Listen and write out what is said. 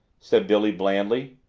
said billy blandly.